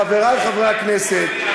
חברי חברי הכנסת,